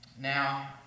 Now